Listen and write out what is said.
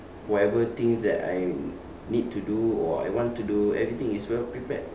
whatever things that I need to do or I want to do everything is well prepared